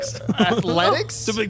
Athletics